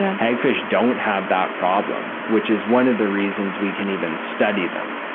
hagfish don't have that problem, which is one of the reasons we can even study them.